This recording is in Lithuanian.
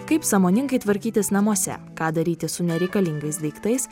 kaip sąmoningai tvarkytis namuose ką daryti su nereikalingais daiktais